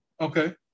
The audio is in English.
Okay